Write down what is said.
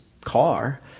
car